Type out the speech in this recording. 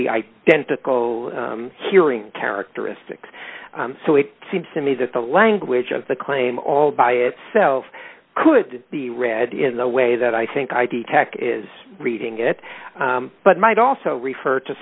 the i tend to go hearing characteristics so it seems to me that the language of the claim all by itself could be read in the way that i think i detect is reading it but might also refer